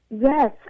Yes